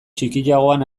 txikiagoan